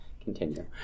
Continue